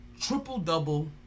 triple-double